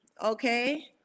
Okay